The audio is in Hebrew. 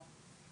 חינוכית.